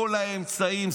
כל האמצעים,